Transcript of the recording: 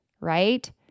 right